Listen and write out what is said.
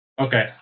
Okay